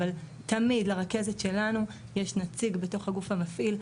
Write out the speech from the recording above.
אבל תמיד לרכזת שלנו יש נציג בתוך הגוף המפעיל,